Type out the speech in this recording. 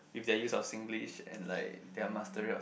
with the use of Singlish and like their mastery of Singlish